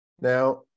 Now